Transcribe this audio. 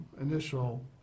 initial